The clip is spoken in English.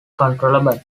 controllable